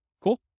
Cool